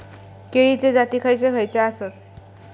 केळीचे जाती खयचे खयचे आसत?